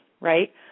right